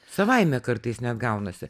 savaime kartais net gaunasi